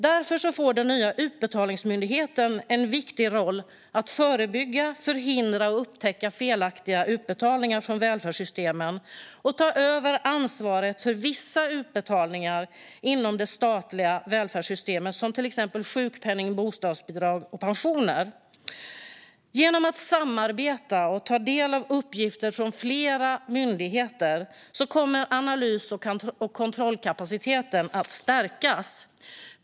Därför får den nya Utbetalningsmyndigheten en viktig roll när det gäller att förebygga, förhindra och upptäcka felaktiga utbetalningar från välfärdssystemen och ta över ansvaret för vissa utbetalningar inom det statliga välfärdssystemet, som sjukpenning, bostadsbidrag och pensioner. Genom att samarbeta med och ta del av uppgifter från flera myndigheter kommer analys och kontrollkapaciteten att stärkas.